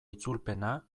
itzulpena